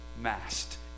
masked